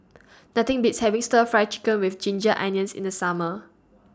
Nothing Beats having Stir Fry Chicken with Ginger Onions in The Summer